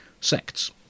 sects